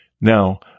Now